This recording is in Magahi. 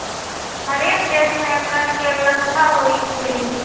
हरेक देश में कर के व्यवस्था होइ छइ